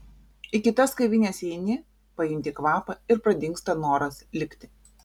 į kitas kavines įeini pajunti kvapą ir pradingsta noras likti